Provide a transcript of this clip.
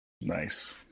Nice